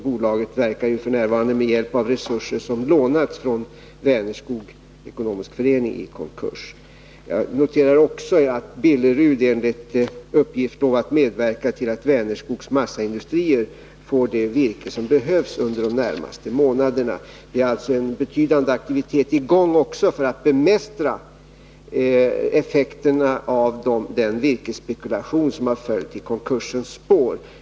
Bolaget verkar f. n. med hjälp av resurser som lånats från Vänerskog ekonomisk förening i konkurs. Jag noterar också att Billerud enligt uppgift lovat medverka till att Vänerskogs massaindustrier får det virke som behövs under de närmaste månaderna. Det är alltså en betydande aktivitet i gång också för att bemästra effekterna av den virkesspekulation som har följt i konkursens spår.